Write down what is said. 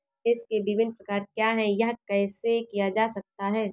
निवेश के विभिन्न प्रकार क्या हैं यह कैसे किया जा सकता है?